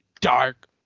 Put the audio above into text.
dark